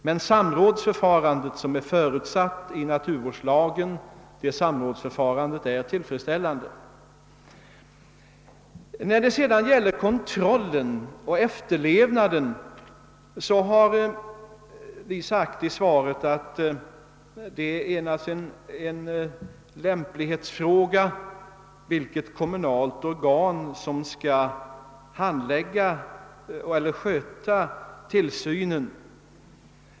Det samrådsförfarande som är förutsatt i naturvårdslagen är tillfredsställande. När det gäller kontrollen och efterlevnaden har jag i svaret framhållit att det är en lämplighetsfråga vilket kommunalt organ som skall sköta tillsynen.